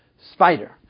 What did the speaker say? spider